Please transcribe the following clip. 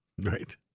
Right